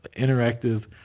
interactive